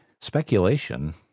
speculation